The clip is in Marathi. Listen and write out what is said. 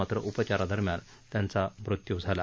मात्र उपचारादरम्यान त्यांचा मृत्यू झाला